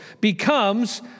becomes